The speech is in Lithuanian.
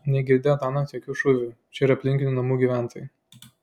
negirdėjo tąnakt jokių šūvių čia ir aplinkinių namų gyventojai